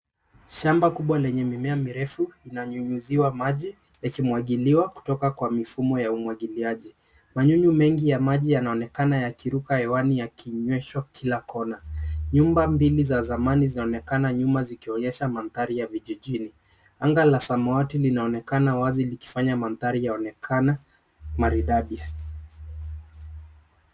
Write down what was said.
Shamba kubwa lenye mimea mirefu ina nyunyuziwa maji yakimwagiliwa kutoka kwa mifumo ya umwangiliaji. Manyunyu mengi ya maji yanaonekana yakiruka hewani yakinyweshwa kila kona. Nyumba mbili za zamani zinaonekana nyuma zikionyesha mandhari ya vijijini. Anga la samawati linaonekana wazi likifanya mandhari yaonekana maridadi.